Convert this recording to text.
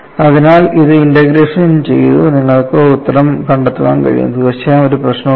അതിനാൽ ഇത് ഇന്റഗ്രേഷൻ ചെയ്തു നിങ്ങൾക്ക് ഉത്തരം കണ്ടെത്താൻ കഴിയും തീർച്ചയായും ഒരു പ്രശ്നവുമില്ല